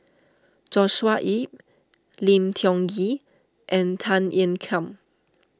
Joshua Ip Lim Tiong Ghee and Tan Ean Kiam